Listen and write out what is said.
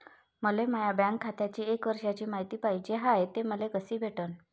मले माया बँक खात्याची एक वर्षाची मायती पाहिजे हाय, ते मले कसी भेटनं?